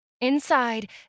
Inside